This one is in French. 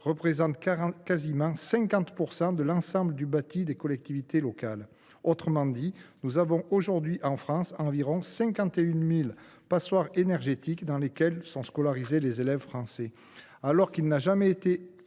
représente quasiment 50 % de l’ensemble du bâti des collectivités locales. Autrement dit, nous avons aujourd’hui en France environ 51 000 passoires énergétiques dans lesquelles sont scolarisés les élèves français. Alors qu’il n’a jamais été